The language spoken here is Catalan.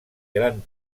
gran